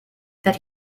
that